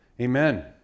Amen